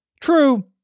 True